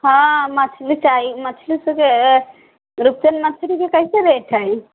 हँ मछली चाही मछली सबके मछली के कैसे रेट हय